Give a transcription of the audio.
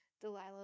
Delilah